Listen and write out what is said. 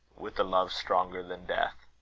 with a love stronger than death.